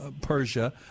Persia